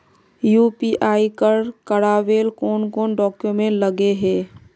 UPI कर करावेल कौन कौन डॉक्यूमेंट लगे है?